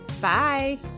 Bye